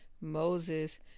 Moses